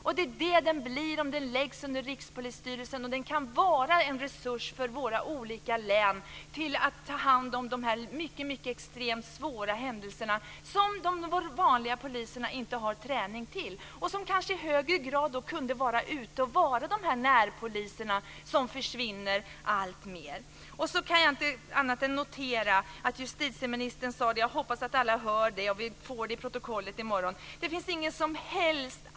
Och det är det den blir om den läggs under Rikspolisstyrelsen, och den kan vara en resurs för våra län när det gäller att ta hand om de här extremt svåra situationerna, som våra vanliga poliser inte har träning för. Då kan de kanske i högre grad vara de här närpoliserna, som försvinner alltmer. Sedan kan jag inte annat än notera att justitieministern sade att det inte finns någon som helst anledning att inte sträva efter att det här ska bli så bra som möjligt.